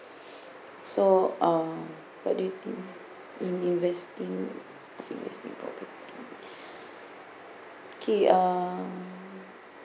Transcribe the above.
so uh what do you think in investing of investing property kay uh